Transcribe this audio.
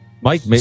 Mike